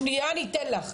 שנייה אני אתן לך,